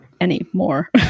anymore